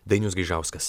dainius gaižauskas